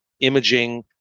imaging